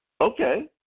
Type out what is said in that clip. okay